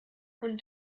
und